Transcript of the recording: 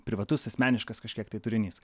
privatus asmeniškas kažkiek tai turinys